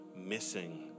Missing